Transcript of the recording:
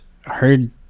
heard